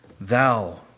Thou